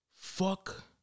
fuck